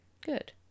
Good